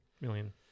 million